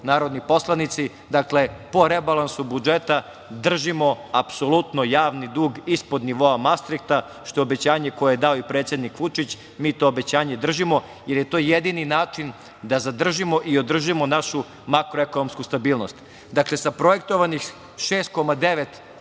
narodni poslanici, dakle po rebalansu budžeta držimo apsolutno javni dug ispod nivoa Mastrihta, što je obećanje koje je dao i predsednik Vučić. Mi to obećanje držimo, jer je to jedini način da zadržimo i održimo našu makroekonomsku stabilnost. Dakle, sa projektovanih 6,9%